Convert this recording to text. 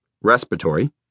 respiratory